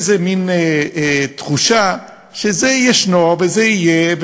יש איזה מין תחושה שזה ישנו וזה יהיה,